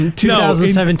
2017